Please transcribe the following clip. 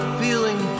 feeling